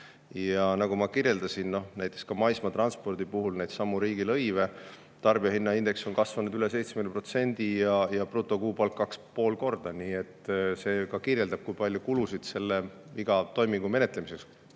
Ja nagu ma kirjeldasin näiteks ka maismaatranspordi puhul neidsamu riigilõive – tarbijahinnaindeks on kasvanud üle 70% ja brutokuupalk 2,5 korda. Nii et see kirjeldab, kui palju kulusid iga toimingu menetlemiseks